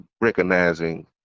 recognizing